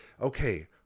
okay